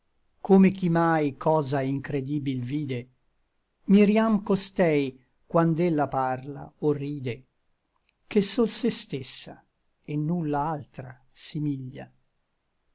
come chi mai cosa incredibil vide miriam costei quand'ella parla o ride che sol se stessa et nulla altra simiglia